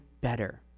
better